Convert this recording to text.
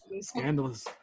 scandalous